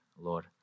Lord